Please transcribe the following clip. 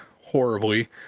horribly